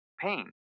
pain